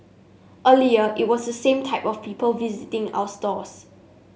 earlier it was the same type of people visiting our stores